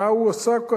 מה הוא עשה כל כך,